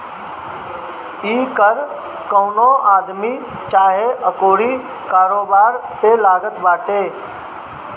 इ कर कवनो आदमी चाहे ओकरी कारोबार पे लागत बाटे